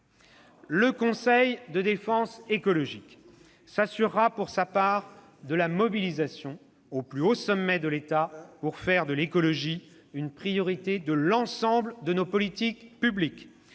Le conseil de défense écologique s'assurera, pour sa part, de la mobilisation au plus haut sommet de l'État pour faire de l'écologie une priorité de l'ensemble de nos politiques publiques.